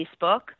Facebook